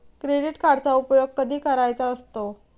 Credit कार्डचा उपयोग कधी करायचा असतो?